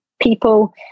people